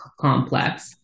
complex